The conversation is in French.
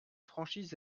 franchise